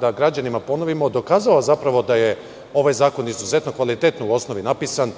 da građanima ponovimo, da je ovaj zakon u osnovi izuzetno kvalitetno napisan.